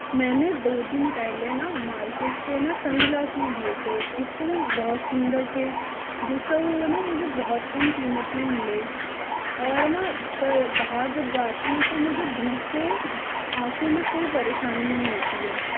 मैने दो दिन पहले न मार्केट से न सनग्लासेस लिए थे एक तो वो बहुत सुन्दर थे दूसरा वो ना मुझे बहुत कम कीमत में मिले और ना बाहर जब जाती हूँ तो मुझे धूप से आंखो में कोई परेशानी नहीं होती है